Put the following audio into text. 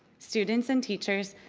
students and teachers,